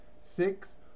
six